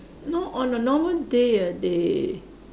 no on a normal day ah they